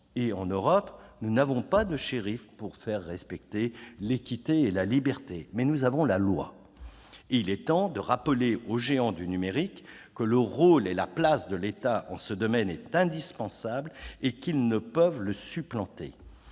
et en Europe, nous n'avons pas de shérif pour faire respecter l'équité et la liberté, mais nous avons la loi. Il est temps de rappeler aux géants du numérique que le rôle et la place de l'État en ce domaine sont indispensables et qu'ils ne peuvent le supplanter.